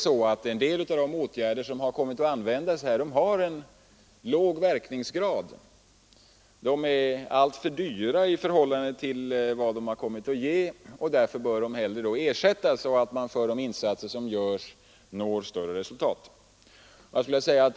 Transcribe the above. En del av de åtgärder som kommit att användas har låg verkningsgrad. De är alltför dyra i förhållande till vad de har givit, och därför bör de ersättas så att man når större resultat med de insatser som görs.